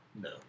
No